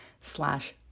slash